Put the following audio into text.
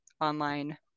online